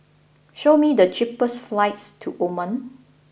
show me the cheapest flights to Oman